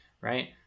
right